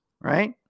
right